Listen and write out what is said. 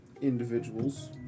individuals